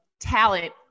talent